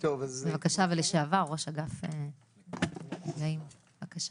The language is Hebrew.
לשעבר ראש אגף נפגעים, בבקשה.